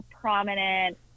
prominent